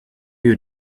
you